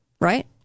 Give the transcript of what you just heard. right